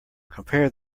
compare